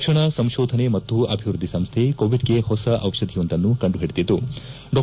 ರಕ್ಷಣಾ ಸಂಶೋಧನೆ ಮತ್ತು ಅಭಿವೃದ್ದಿ ಸಂಸ್ತೆ ಕೋವಿಡ್ಗೆ ಹೊಸ ಔಷಧಿಯೊಂದನ್ನು ಕಂಡುಹಿಡಿದಿದ್ದು ಡಾ